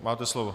Máte slovo.